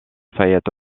fayette